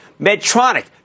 Medtronic